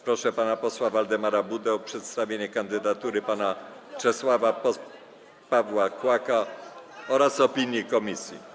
Proszę pana posła Waldemara Budę o przedstawienie kandydatury pana Czesława Pawła Kłaka oraz opinii komisji.